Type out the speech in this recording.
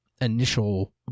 initial